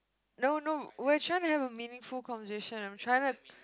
no no we're trying to have a meaningful conversation I'm trying to